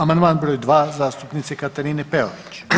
Amandman broj 2 zastupnice Katarine Peović.